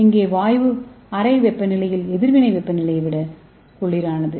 இங்கே வாயு அறை வெப்பநிலையில் எதிர்வினை வெப்பநிலையை விட குளிரானது